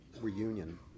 reunion